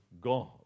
God